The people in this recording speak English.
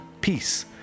peace